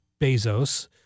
Bezos—